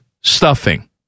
stuffing